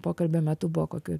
pokalbio metu buvo kokių